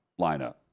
lineup